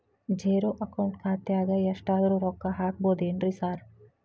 Zero account ಖಾತ್ಯಾಗ ಎಷ್ಟಾದ್ರೂ ರೊಕ್ಕ ಹಾಕ್ಬೋದೇನ್ರಿ ಸಾರ್?